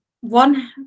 One